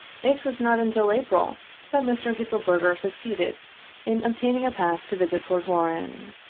it was not until april that mr. hitselberger succeeded in obtaining a pass to visit fort warren.